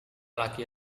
laki